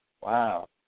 Wow